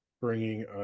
bringing